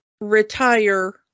retire